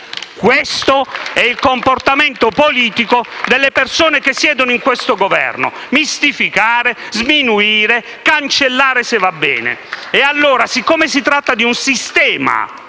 Questo è il comportamento politico delle persone che siedono in questo Governo: mistificare, sminuire, cancellare se va bene. E quindi, poiché si tratta di un sistema